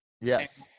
Yes